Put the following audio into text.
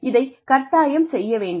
இதைக் கட்டாயம் செய்ய வேண்டும்